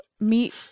meet